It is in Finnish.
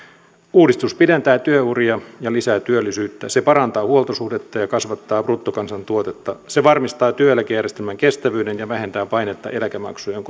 uudistus pidentää työuria ja lisää työllisyyttä se parantaa huoltosuhdetta ja kasvattaa bruttokansantuotetta se varmistaa työeläkejärjestelmän kestävyyden ja vähentää painetta eläkemaksujen